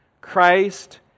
Christ